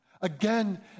again